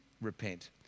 repent